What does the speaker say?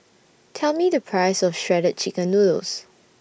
Tell Me The Price of Shredded Chicken Noodles